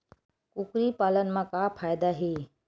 कुकरी पालन म का फ़ायदा हे?